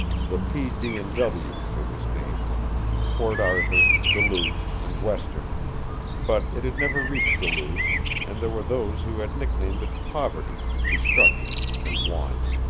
the p. d. and w. it was named port arthur, duluth and western but it had never reached duluth, and there were those who had nicknamed it poverty, destruction and want.